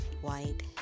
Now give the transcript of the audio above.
white